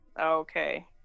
Okay